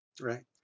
right